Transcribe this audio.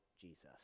Jesus